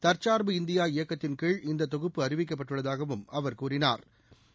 தற்கா்பு India இயக்கத்தின் கீழ் இந்த தொகுப்பு அறிவிக்கப்பட்டுள்ளதாகவும் அவா் கூறினாா்